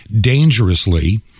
dangerously